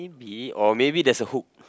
maybe or maybe there's a hook